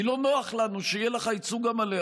כי לא נוח לנו שיהיה לך את הייצוג המלא.